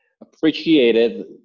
appreciated